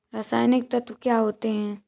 रसायनिक तत्व क्या होते हैं?